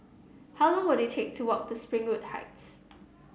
how long will it take to walk to Springwood Heights